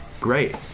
great